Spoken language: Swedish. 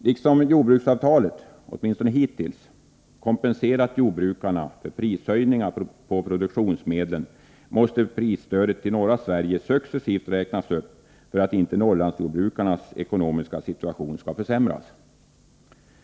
Liksom jordbruksavtalet — åtminstone hittills—- kompenserat jordbrukarna för prishöjningar på produktionsmedlen måste prisstödet till norra Sverige successivt räknas upp för att inte Norrlandsjordbrukarnas ekonomiska situation skall försämras.